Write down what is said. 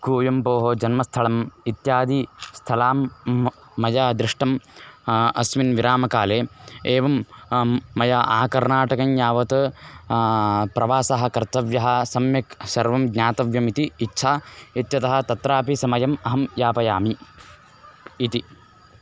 कुवेम्पोः जन्मस्थलम् इत्यादि स्थलं मया दृष्टम् अस्मिन् विरामकाले एवं मया आकर्नाटकं यावत् प्रवासः कर्तव्यः सम्यक् सर्वं ज्ञातव्यम् इति इच्छा इत्यतः तत्रापि समयम् अहं यापयामि इति